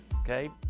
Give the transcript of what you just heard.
Okay